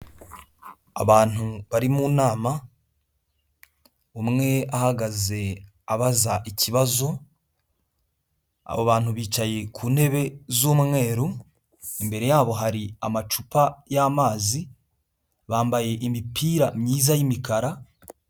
Abantu bari mu nama umwe ahagaze abaza ikibazo, abo bantu bicaye ku ntebe z'umweru imbere yabo hari amacupa y'amazi, bambaye imipira myiza y'imikara.